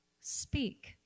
speak